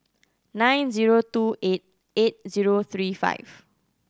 nine zero two eight eight zero three five